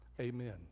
amen